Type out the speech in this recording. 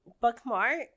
bookmark